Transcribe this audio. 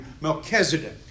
Melchizedek